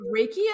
Reiki